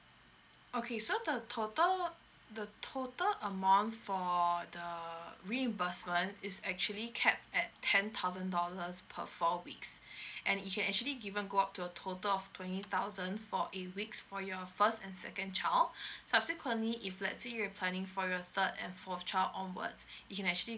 okay so the total the total amount for the reimbursement is actually capped at ten thousand dollars per four weeks and it can actually given go up to a total of twenty thousand for a week's for your first and second child subsequently if let's say you're planning for your third and fourth child onwards it can actually